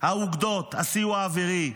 האוגדות, הסיוע האווירי,